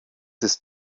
ist